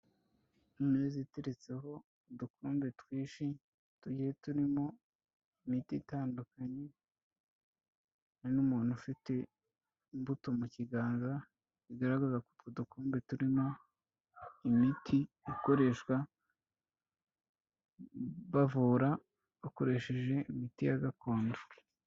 Imeza iteretseho udukombe twinshi tugiye turimo imiti itandukanye, n'umuntu ufite imbuto mu kiganza bigaragaza ko utwo dukombe turimo imiti ikoreshwa bavura bakoresheje imiti ya gakondo.